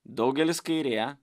daugelis kairėje